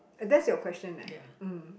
eh that's your question eh